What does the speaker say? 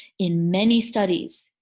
in many studies,